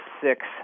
six